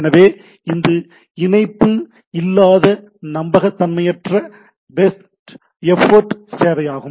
எனவே இது இணைப்பு இல்லாத நம்பகத்தன்மையற்ற பெஸ்ட் எஃபோர்ட் சேவையாகும்